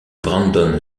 brandon